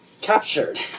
Captured